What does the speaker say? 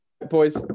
boys